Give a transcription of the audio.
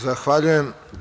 Zahvaljujem.